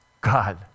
God